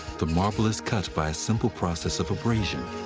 the marble is cut by a simple process of abrasion.